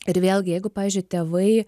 ir vėlgi jeigu pavyzdžiui tėvai